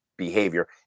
behavior